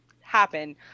happen